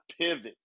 pivot